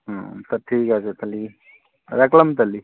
হুম তা ঠিক আছে তাহলে রাখলাম তাহলে